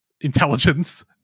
intelligence